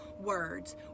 words